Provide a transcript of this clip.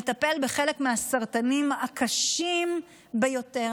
מטפל בחלק מהסרטנים הקשים ביותר.